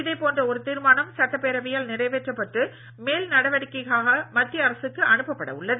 இதேபோன்ற ஒரு தீர்மானம் சட்டப்பேரவையால் நிறைவேற்றப்பட்டு மேல் நடவடிக்கைக்காக மத்திய அரசுக்கு அனுப்பட உள்ளது